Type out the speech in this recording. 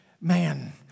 man